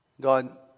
God